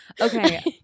Okay